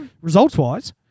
Results-wise